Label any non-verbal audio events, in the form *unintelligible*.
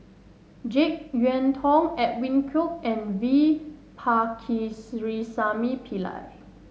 JeK Yeun Thong Edwin Koek and V *unintelligible* Pillai